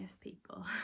people